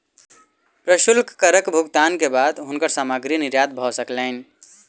प्रशुल्क करक भुगतान के बाद हुनकर सामग्री निर्यात भ सकलैन